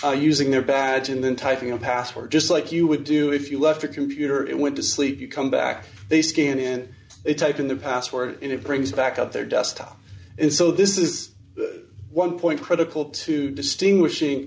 out using their badge and then typing a password just like you would do if you left a computer it went to sleep you come back they scan and they type in the password and it brings back up their desktop and so this is one point critical to distinguishing